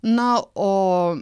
na o